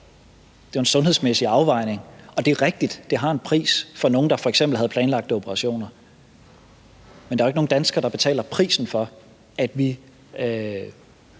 Det er jo en sundhedsmæssig afvejning, og det er rigtigt, at det har en pris for nogle, der f.eks. havde planlagte operationer, men der er jo ikke nogen danskere, der betaler prisen for, at vi